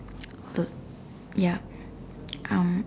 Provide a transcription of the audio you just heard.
all the ya um